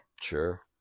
Sure